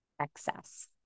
excess